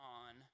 on